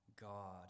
God